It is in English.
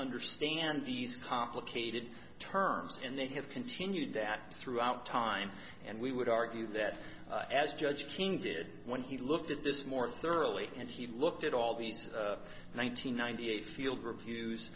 understand these complicated terms and they have continued that throughout time and we would argue that as judge king did when he looked at this more thoroughly and he looked at all these one nine hundred ninety eight field reviews